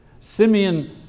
Simeon